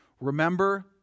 Remember